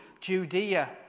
Judea